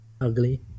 Ugly